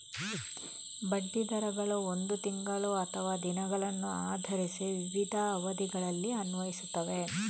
ಬಡ್ಡಿ ದರಗಳು ಒಂದು ತಿಂಗಳು ಅಥವಾ ದಿನಗಳನ್ನು ಆಧರಿಸಿ ವಿವಿಧ ಅವಧಿಗಳಲ್ಲಿ ಅನ್ವಯಿಸುತ್ತವೆ